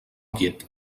quiet